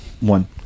one